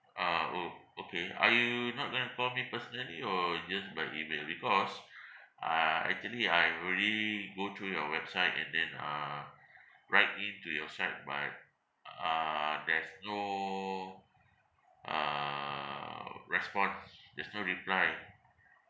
ah mm okay are you not going to call me personally or just by email because uh actually I have already go through your website and then uh write in to your side but uh uh there's no uh response there's no reply